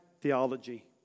theology